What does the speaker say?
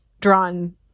drawn